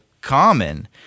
common